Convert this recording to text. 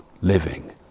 living